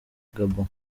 gabon